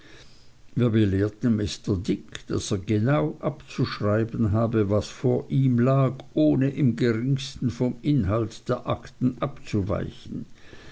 er genau abzuschreiben habe was vor ihm lag ohne im geringsten vom inhalt der akten abzuweichen